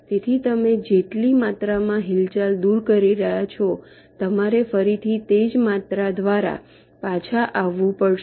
તેથી તમે જેટલી માત્રામાં હિલચાલ દૂર કરી રહ્યા છો તમારે ફરીથી તે જ માત્રા દ્વારા પાછા આવવું પડશે